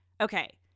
Okay